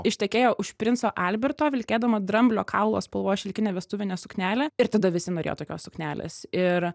ištekėjo už princo alberto vilkėdama dramblio kaulo spalvos šilkinę vestuvinę suknelę ir tada visi norėjo tokios suknelės ir